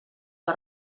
que